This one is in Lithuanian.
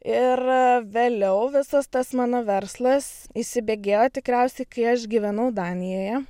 ir vėliau visas tas mano verslas įsibėgėjo tikriausiai kai aš gyvenau danijoje